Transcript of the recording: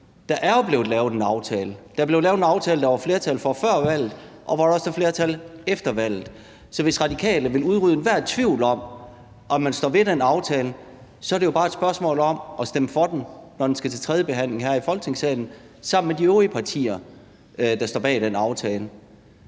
Der er jo blevet lavet en aftale. Der er blevet lavet en aftale, der var flertal for før valget, og hvor der også er flertal efter valget. Så hvis Radikale vil udrydde enhver tvivl om, at man står ved den aftale, så er det jo bare et spørgsmål om at stemme for den, når den skal til tredje behandling her i Folketingssalen, sammen med de øvrige partier, der står bag den aftale.